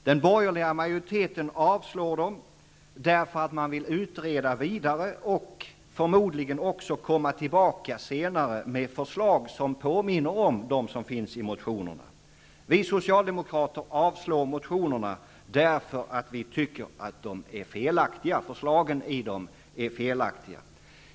Den borgerliga majoriteten avstyrker dem därför att man vill utreda vidare och förmodligen också komma tillbaka senare med förslag som påminner om dem som finns i motionerna. Vi socialdemokrater vill avslå motionerna därför att vi tycker att deras förslag är felaktiga.